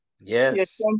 Yes